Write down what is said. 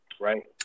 Right